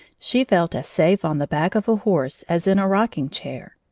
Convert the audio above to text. she felt as safe on the back of a horse as in a rocking-chair.